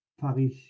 Paris